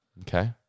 Okay